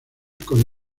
con